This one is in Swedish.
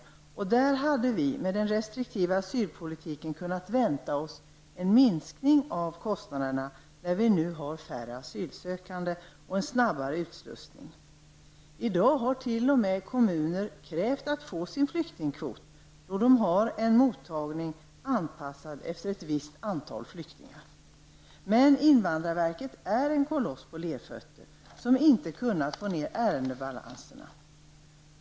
Mot bakgrund av den restriktiva asylpolitiken hade vi kunnat vänta oss en minskning av kostnaderna -- vi har nu färre asylsökande -- och en snabbare utslussning. I dag har kommuner t.o.m. krävt att få sin flyktingkvot, eftersom de har en mottagning anpassad efter ett visst antal flyktingar. Invandrarverket är dock en koloss på lerfötter, som inte har kunnat få ner ärendebalanserna.